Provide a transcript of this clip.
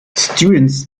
students